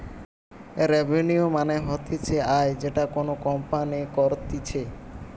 revenue মানে হতিছে আয় যেটা কোনো কোম্পানি করতিছে